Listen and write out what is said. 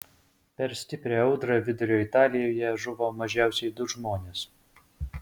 per stiprią audrą vidurio italijoje žuvo mažiausiai du žmonės